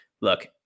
look